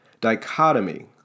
dichotomy